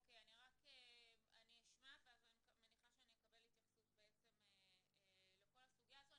אני רק אשמע ואז אני מניחה שאקבל התייחסות בעצם לכל הסוגיה הזו.